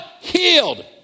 healed